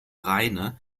rheine